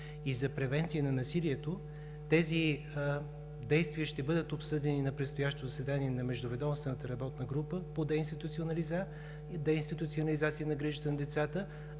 и за превенция на насилието. Тези действия ще бъдат обсъдени на предстоящото заседание на Междуведомствената работна група по деинституционализация на грижите за децата,